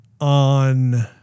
on